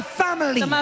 family